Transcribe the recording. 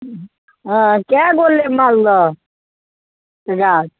हँ कए गो लेब मालदहके गाछ